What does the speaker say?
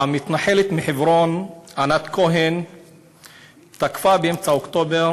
המתנחלת מחברון ענת כהן תקפה באמצע אוקטובר